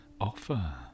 offer